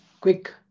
quick